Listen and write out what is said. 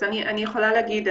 אז אני יכולה להגיד,